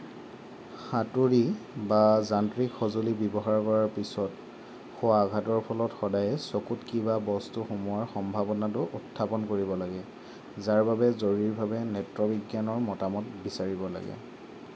হাতুৰী বা যান্ত্ৰিক সঁজুলি ব্যৱহাৰ কৰাৰ পিছত হোৱা আঘাতৰ ফলত সদায়ে চকুত কিবা বস্তু সোমোৱাৰ সম্ভাৱনাটো উত্থাপন কৰিব লাগে যাৰ বাবে জৰুৰীভাৱে নেত্ৰ বিজ্ঞানৰ মতামত বিচাৰিব লাগে